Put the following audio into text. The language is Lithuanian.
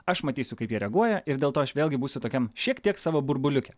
aš matysiu kaip jie reaguoja ir dėl to aš vėlgi būsiu tokiam šiek tiek savo burbuliuke